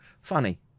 Funny